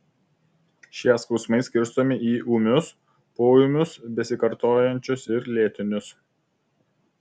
šie skausmai skirstomi į ūmius poūmius besikartojančius ir lėtinius